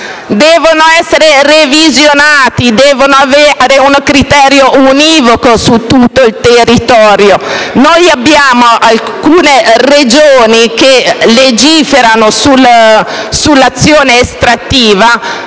devono essere revisionati, secondo un criterio univoco su tutto il territorio. Alcune Regioni legiferano sull'azione estrattiva,